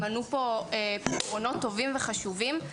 מנו פה פתרונות טובים וחשובים.